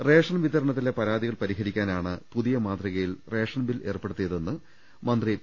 ration വിതരണത്തിലെ പരാതികൾ പരിഹരിക്കാനാണ് പുതിയ മാതൃകയിൽ റേഷൻ ബിൽ ഏർപ്പെടുത്തിയതെന്ന് മന്ത്രി പി